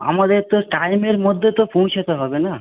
আমাদের তো টাইমের মধ্যে তো পৌঁছাতে হবে না